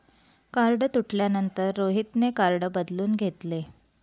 card तुटल्यानंतर रोहितने card बदलून घेतले